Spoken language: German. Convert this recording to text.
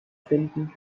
finden